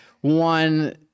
One